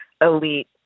elite